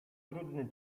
trudny